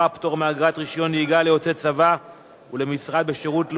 (פטור מאגרת רשיון נהיגה ליוצא צבא ולמשרת בשירות לאומי),